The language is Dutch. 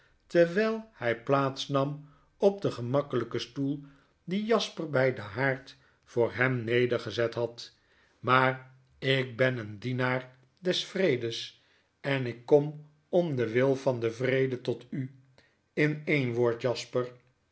terwyl hy plaats nam op den gemakkelyken stoel dien jasper bij den haard voor hem nedergezet had maar ik ben een dienaar des vredes en ik kom om den wil van den vrede tot u in een woord jasper